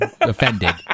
offended